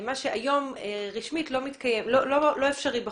מה שהיום רשמית לא אפשרי בחוק.